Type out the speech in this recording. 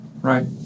right